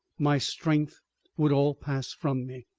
my strength would all pass from me.